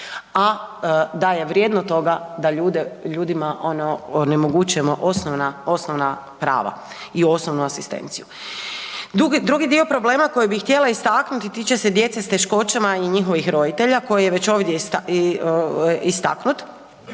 a da je vrijedno toga da ljudima onemogućimo osnovna prava i osnovnu asistenciju? Drugi dio problema koji bih htjela istaknuti tiče se djece s teškoćama i njihovih roditelja koji je već ovdje istaknut,